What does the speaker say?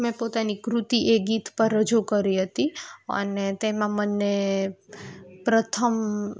મેં પોતાની કૃતિ એ ગીત પર રજૂ કરી હતી અને તેમાં મને પ્રથમ